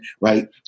right